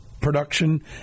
Production